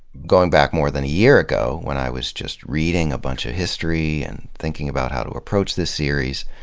going back more than a year ago when i was just reading a bunch of history and thinking about how to approach this series,